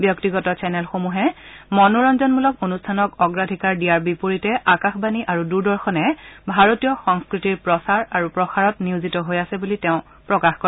ব্যক্তিগত চেনেলসমূহে মনোৰঞ্জনমূলক অনুষ্ঠানক অগ্ৰাধিকাৰ দিয়াৰ বিপৰীতে আকাশবাণী আৰু দূৰদৰ্শনে ভাৰতীয় সংস্কৃতিৰ প্ৰচাৰ প্ৰসাৰত নিয়োজিত হৈ আছে বুলি তেওঁ লগতে প্ৰকাশ কৰে